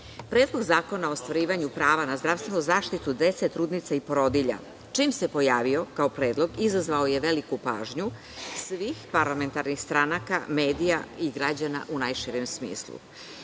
Predlog zakona o ostvarivanju prava na zdravstvenu zaštitu dece, trudnica i porodilja čim se pojavio kao predlog izazvao je veliku pažnju svih parlamentarnih stranaka, medija i građana u najširem smislu.